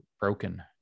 broken